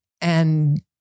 and-